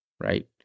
right